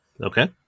Okay